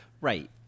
Right